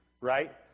right